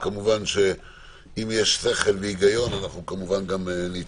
כמובן שאם יש שכל והיגיון אנחנו גם נתמוך.